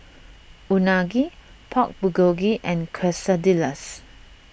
Unagi Pork Bulgogi and Quesadillas